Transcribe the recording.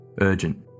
Urgent